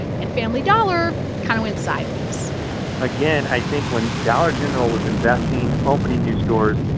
and family dollar kind of went sideways again, i think when dollar general was investing, opening new stores,